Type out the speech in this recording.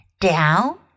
Down